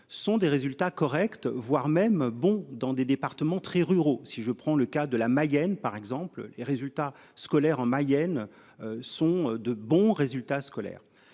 sont des résultats corrects, voire même bon dans des départements très ruraux si je prends le cas de la Mayenne, par exemple les résultats scolaires en Mayenne. Sont de bons résultats scolaires.